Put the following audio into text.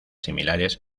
similares